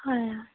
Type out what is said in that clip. হয়